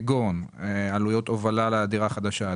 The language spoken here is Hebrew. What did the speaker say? כגון עלויות הובלה לדירה החדשה,